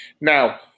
Now